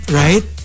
right